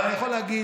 לדעתך.